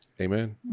Amen